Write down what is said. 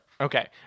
Okay